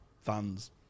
fans